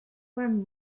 were